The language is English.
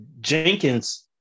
Jenkins